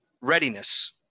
readiness